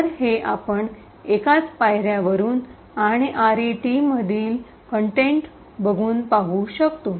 तर हे आपण एकाच पायर्यावरुन आणि आरईटीमधील कंटेन बघून पाहू शकतो